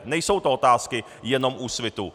Nejsou to otázky jenom Úsvitu.